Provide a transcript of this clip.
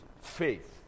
faith